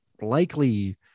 likely